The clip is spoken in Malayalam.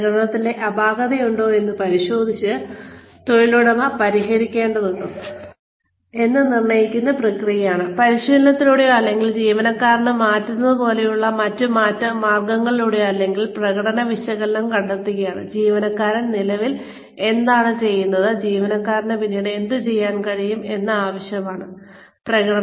പ്രകടനത്തിൽ അപാകതയുണ്ടോ എന്ന് പരിശോധിച്ച് തൊഴിലുടമ അത് പരിശീലനത്തിലൂടെയോ അല്ലെങ്കിൽ ജീവനക്കാരനെ മാറ്റുന്നത് പോലെയുള്ള മറ്റ് മാർഗങ്ങളിലൂടെയോ പരിഹരിക്കേണ്ടതുണ്ടോ എന്ന് നിർണ്ണയിക്കുന്ന പ്രക്രിയയാണ് അതിനാൽ പ്രകടന വിശകലനം ജീവനക്കാരൻ നിലവിൽ എന്താണ് ചെയ്യുന്നത് ജീവനക്കാരന് പിന്നീട് എന്തുചെയ്യാൻ കഴിയും എന്തെല്ലാം ആവശ്യമാണ് എന്നത് കണ്ടെത്തുന്നതാണ്